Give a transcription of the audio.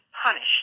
Punished